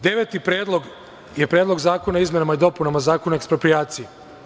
Deveti predlog je Predlog zakona o izmenama i dopunama Zakona o eksproprijaciji.